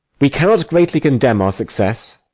we cannot greatly condemn our success.